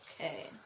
Okay